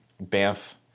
Banff